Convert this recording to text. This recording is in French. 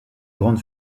grandes